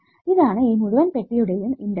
ഇതാണ് ഈ മുഴുവൻ പെട്ടിയുടെയും ഇൻഡക്ഷൻ